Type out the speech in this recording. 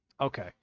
Okay